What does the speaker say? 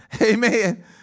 Amen